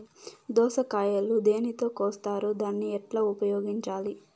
దోస కాయలు దేనితో కోస్తారు దాన్ని ఎట్లా ఉపయోగించాలి?